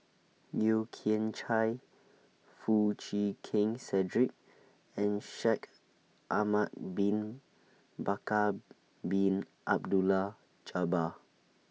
Yeo Kian Chye Foo Chee Keng Cedric and Shaikh Ahmad Bin Bakar Bin Abdullah Jabbar